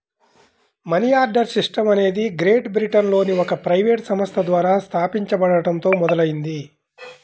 money order system అనేది great బ్రిటన్లోని ఒక ప్రైవేట్ సంస్థ ద్వారా స్థాపించబడటంతో మొదలైంది